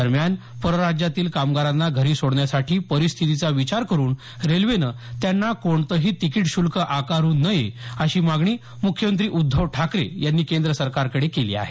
दरम्यान परराज्यातील कामगारांना घरी सोडण्यासाठी परिस्थितीचा विचार करून रेल्वेनं त्यांना कोणतही तिकीट श्ल्क आकारू नये अशी मागणी मुख्यमंत्री उद्धव ठाकरे यांनी केंद्र सरकारकडे केली आहे